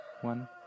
one